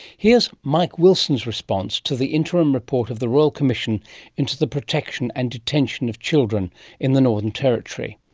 here is mike wilson's response to the interim report of the royal commission into the protection and detention of children in the northern territory.